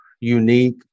unique